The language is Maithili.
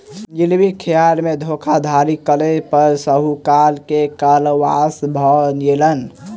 गिरवी राखय में धोखाधड़ी करै पर साहूकार के कारावास भ गेलैन